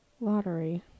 Lottery